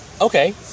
okay